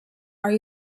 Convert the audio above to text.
are